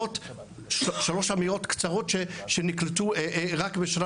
אלה שלוש אמירות קצרות שנקלטו רק בשנה